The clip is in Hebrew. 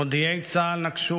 מודיעי צה"ל נקשו,